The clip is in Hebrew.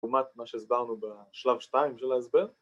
‫לעומת מה שהסברנו בשלב 2 של ההסבר?